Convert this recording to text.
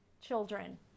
children